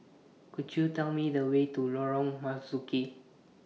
Could YOU Tell Me The Way to Lorong Marzuki